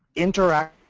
interact